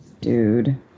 dude